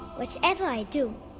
whatever i do,